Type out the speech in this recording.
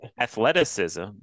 Athleticism